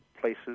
places